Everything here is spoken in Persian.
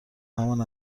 همان